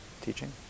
teaching